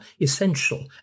essential